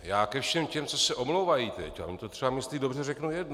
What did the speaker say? Já ke všem těm, co se teď omlouvají, a oni to třeba myslí dobře, řeknu jedno.